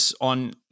on